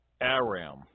Aram